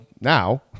now